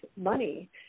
money